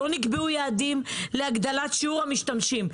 לא נקבעו יעדים להגדלת שימוש המשתמשים.